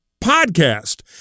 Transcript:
podcast